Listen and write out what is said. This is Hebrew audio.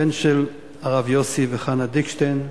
הבן של הרב יוסי וחנה דיקשטיין.